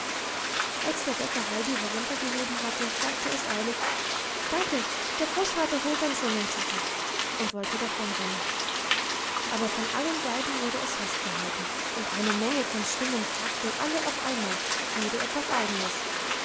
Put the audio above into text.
als der bäcker heidi heruntergehoben hatte sagte es eilig danke der großvater holt dann schon den koffer und wollte davonrennen aber von allen seiten wurde es festgehalten und eine menge von stimmen fragten alle auf einmal jede etwas eigenes